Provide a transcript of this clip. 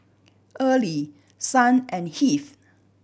early Son and Heath